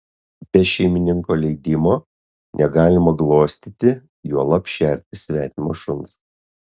be šeimininko leidimo negalima glostyti juolab šerti svetimo šuns